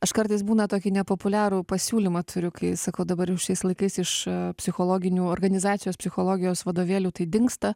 aš kartais būna tokį nepopuliarų pasiūlymą turiu kai sakau dabar jau šiais laikais iš psichologinių organizacijos psichologijos vadovėlių tai dingsta